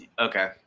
Okay